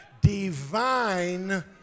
divine